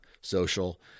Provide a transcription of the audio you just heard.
social